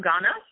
Ghana